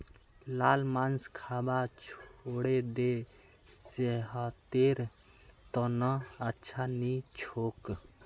लाल मांस खाबा छोड़े दे सेहतेर त न अच्छा नी छोक